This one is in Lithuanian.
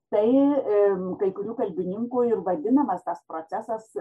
tai kai kurių kalbininkų ir vadinamas tas procesas